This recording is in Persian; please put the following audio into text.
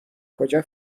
کجا